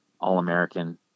All-American